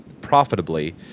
profitably